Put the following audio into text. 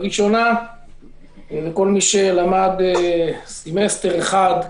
כל ימי שלמד סמסטר אחד,